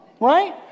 right